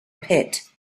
pit